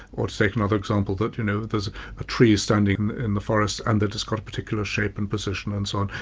or to take another example, that you know that there's a tree standing in the forest and that it's quite a particular shape and position and so on.